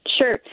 Sure